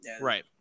Right